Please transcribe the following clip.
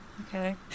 okay